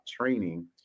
training